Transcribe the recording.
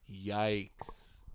Yikes